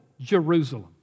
Jerusalem